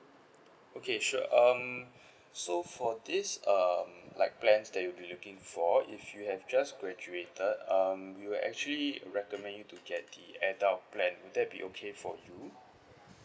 okay sure um so for this um like plans that you'll be looking for if you have just graduated um we will actually recommend you to get the adult plan would that be okay for you